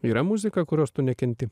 yra muzika kurios tu nekenti